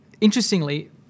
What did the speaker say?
Interestingly